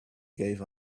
gave